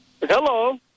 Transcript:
Hello